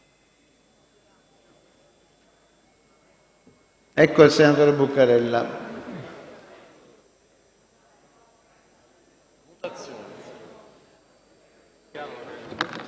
anche il senatore Buccarella.